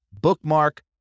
bookmark